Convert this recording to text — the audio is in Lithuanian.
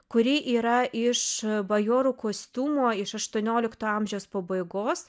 kuri yra iš bajorų kostiumo iš aštuoniolikto amžiaus pabaigos